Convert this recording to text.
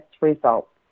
results